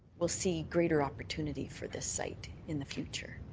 will see greater opportunity for this site in the future.